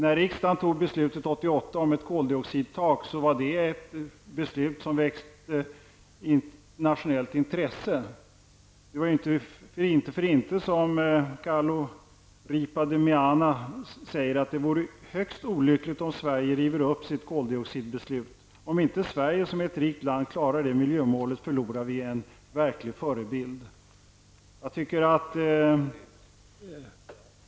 När riksdagen 1988 fattade beslutet om ett koldioxidtak väckte det internationellt intresse. Det var inte för inte som Carlo Ripa de Meana sade att det vore högst olyckligt om Sverige rev upp sitt koldioxidbeslut. Om Sverige som är ett rikt land inte klarar miljömålet, förlorar vi en verklig förebild, sade han.